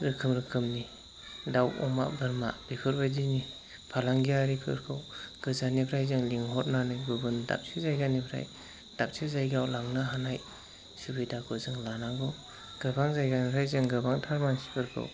रोखोम रोखोमनि दाउ अमा बोरमा बेफोरबायदिनि फालांगियारिफोरखौ गोजाननिफ्राय जों लिंहरनानै गुबुन दाबसे जायगानिफ्राय दाबसे जायगायाव लांनो हानाय सुबिदाखौ जों लानांगौ गोबां जायगानिफ्राय जों गोबांथार मानसिफोरखौ